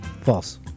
False